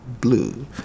Blue